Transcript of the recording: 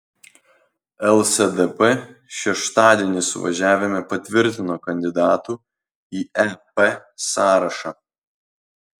lsdp šeštadienį suvažiavime patvirtino kandidatų į ep sąrašą